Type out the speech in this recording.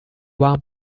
one